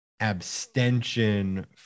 abstention